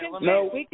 no